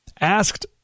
asked